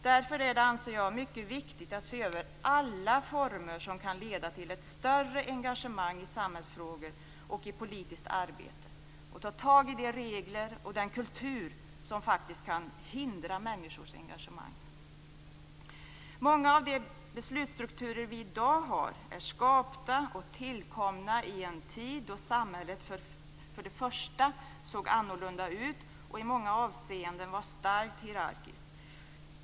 Därför anser jag att det är mycket viktigt att se över alla former som kan leda till ett större engagemang i samhällsfrågor och i politiskt arbete och att ta tag i de regler och den kultur som faktiskt kan hindra människors engagemang. Många av beslutsstrukturerna i dag är skapta och tillkomna i en tid då samhället framför allt såg annorlunda ut och i många avseenden var starkt hierarkiskt.